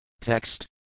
Text